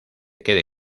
quede